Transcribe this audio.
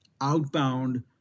outbound